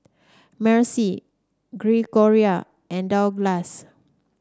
Marcy Gregoria and Douglass